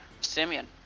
Simeon